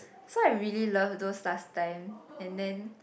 so I really love those last time and then